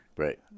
Right